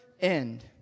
end